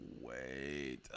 wait